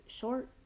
short